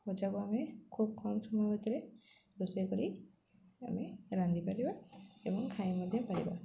ଭଜାକୁ ଆମେ ଖୁବ୍ କମ୍ ସମୟ ଭିତରେ ରୋଷେଇ କରି ଆମେ ରାନ୍ଧି ପାରିବା ଏବଂ ଖାଇ ମଧ୍ୟ ପାରିବା